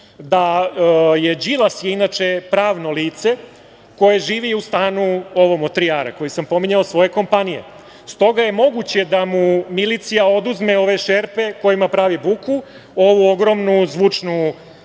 jer Đilas je inače pravno lice koje živi u stanu ovom od tri ara, koji sam pominjao, svoje kompanije. Stoga je moguće da mu milicija oduzme ove šerpe kojima pravi buku, ovu ogromnu zvučnu kasicu